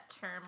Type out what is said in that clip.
term